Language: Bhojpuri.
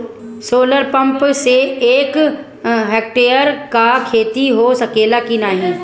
सोलर पंप से एक हेक्टेयर क खेती हो सकेला की नाहीं?